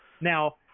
Now